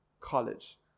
college